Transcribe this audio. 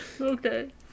Okay